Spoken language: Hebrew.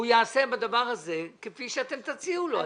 יעשה בדבר הזה כפי שאתם תציעו לו,